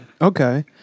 Okay